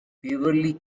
beverley